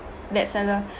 that seller